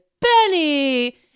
Benny